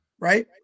Right